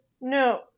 No